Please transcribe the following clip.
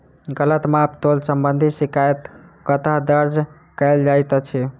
गलत माप तोल संबंधी शिकायत कतह दर्ज कैल जाइत अछि?